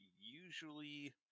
usually